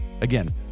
Again